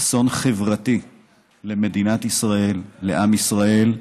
אסון חברתי למדינת ישראל, לעם ישראל,